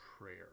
prayer